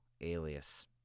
alias